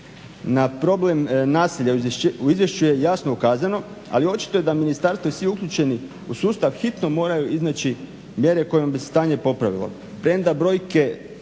Na problem nasilja u izvješću je jasno ukazano, ali očito je da ministarstvo i svi uključeni u sustav hitno moraju iznaći mjere kojima bi se stanje popravilo.